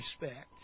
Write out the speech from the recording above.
respect